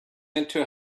into